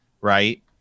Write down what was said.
right